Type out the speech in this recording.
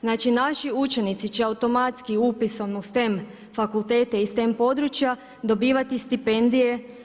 Znači naši učenici će automatski upisom u STAM fakultete i STAM područja dobivati stipendije.